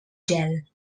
gel